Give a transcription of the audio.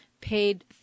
paid